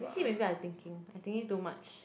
is it maybe I'm thinking I'm thinking too much